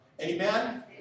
Amen